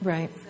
Right